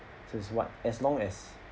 so is what as long as